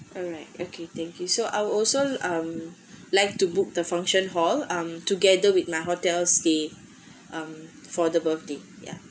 alright okay thank you so I would also um like to book the function hall um together with my hotel stay um for the birthday ya